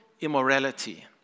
immorality